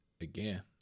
Again